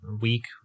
week